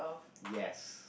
yes